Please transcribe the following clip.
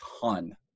ton